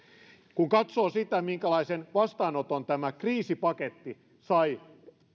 kun katsoo sitä minkälaisen vastaanoton tämä kriisipaketti sai